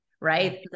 right